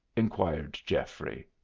inquired geoffrey.